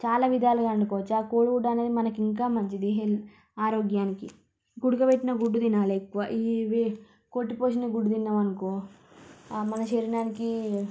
చాలా విధాలుగా వండుకోవచ్చు ఆ కోడిగుడ్డనేది మనకింకా మంచిది హెల్త్ ఆరోగ్యానికి ఉడకబెట్టిన గుడ్డు తినాలి ఎక్కువ ఇవి కొట్టిపోసిన గుడ్డు తిన్నామనుకో మన శరీరానికి